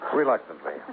Reluctantly